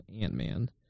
Ant-Man